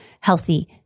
healthy